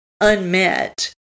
unmet